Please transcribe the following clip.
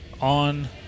on